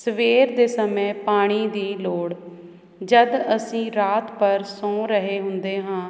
ਸਵੇਰ ਦੇ ਸਮੇਂ ਪਾਣੀ ਦੀ ਲੋੜ ਜਦ ਅਸੀਂ ਰਾਤ ਪਰ ਸੌ ਰਹੇ ਹੁੰਦੇ ਹਾਂ